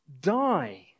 die